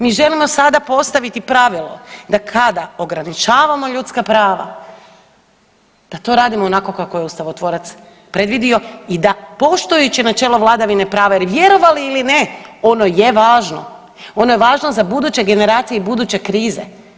Mi želimo sada postaviti pravilo da kada ograničavamo ljudska prava da to radimo onako kako je ustavotvorac predvidio i da poštujući načelo vladavine prava jer vjerovali ili ne ono je važno, ono je važno za buduće generacije i buduće krize.